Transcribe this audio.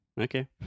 Okay